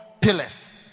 pillars